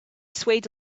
swayed